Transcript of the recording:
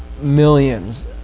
millions